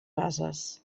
bases